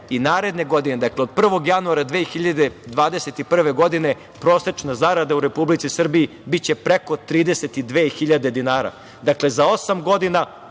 i naredne godine, dakle, od 1. januara od 2021. godine prosečna zarada u Republici Srbiji biće preko 32.000 dinara. Dakle, za osam godina,